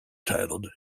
titled